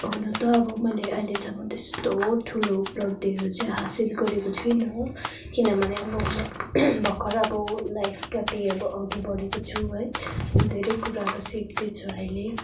हुनु त अब मैले आहिलेसम्म त्यस्तो ठुलो उपलब्धिहरू चाहिँ हासिल गरेको छुइनँ किनभने अब म भर्खर अब लाइफप्रति अब अघि बढेको छु है धेरै कुराहरू सिक्दैछु अहिले